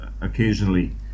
occasionally